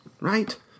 right